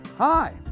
Hi